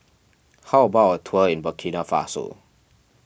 how about a tour in Burkina Faso